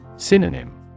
Synonym